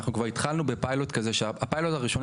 אנחנו כבר התחלנו בפיילוט כזה שהפיילוט הראשוני